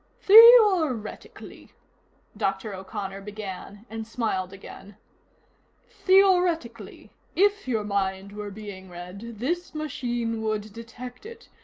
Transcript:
theoretically dr. o'connor began, and smiled again theoretically, if your mind were being read, this machine would detect it,